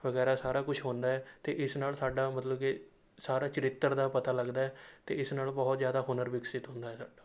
ਵਗੈਰਾ ਸਾਰਾ ਕੁਛ ਹੁੰਦਾ ਹੈ ਅਤੇ ਇਸ ਨਾਲ ਸਾਡਾ ਮਤਲਬ ਕਿ ਸਾਰਾ ਚਰਿੱਤਰ ਦਾ ਪਤਾ ਲੱਗਦਾ ਹੈ ਅਤੇ ਇਸ ਨਾਲ ਬਹੁਤ ਜ਼ਿਆਦਾ ਹੁਨਰ ਵਿਕਸਤ ਹੁੰਦਾ ਹੈ ਸਾਡਾ